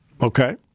Okay